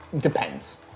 Depends